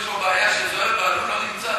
יש פה בעיה שזוהיר בהלול לא נמצא,